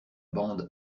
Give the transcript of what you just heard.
bande